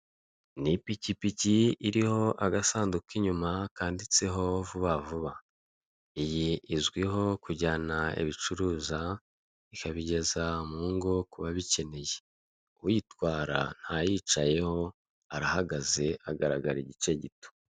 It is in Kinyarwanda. Ni ipikipiki iriho agasanduku inyuma kanditseho vuba vuba, iyi izwiho kujyana ibicuruza ikabigeza mu ngo ku babikeneye, uyitwara ntayicayeho, arahagaze agaragara igice gito.